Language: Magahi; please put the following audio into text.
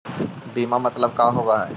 बीमा मतलब का होव हइ?